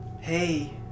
Hey